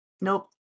nope